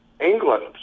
England